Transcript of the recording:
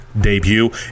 debut